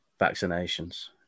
vaccinations